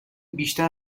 بیشتر